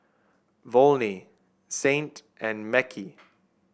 Volney Saint and Mekhi